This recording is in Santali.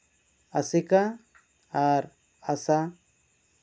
ᱟᱥᱮᱠᱟ ᱟᱨ ᱟᱥᱟ